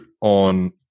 on